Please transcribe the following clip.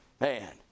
man